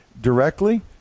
directly